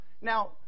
Now